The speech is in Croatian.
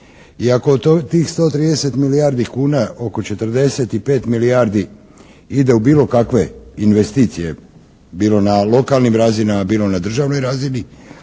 ako od tih 130 milijardi kuna oko 45 milijardi ide u bilo kakve investicije bilo na lokalnim razinama, bilo na državnoj razini